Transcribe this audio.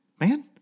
man